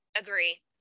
Agree